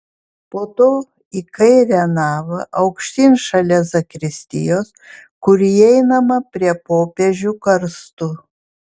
po to į kairę navą aukštyn šalia zakristijos kur įeinama prie popiežių karstų